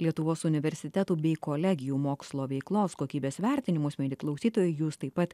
lietuvos universitetų bei kolegijų mokslo veiklos kokybės vertinimus mieli klausytojai jūs taip pat